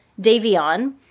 Davion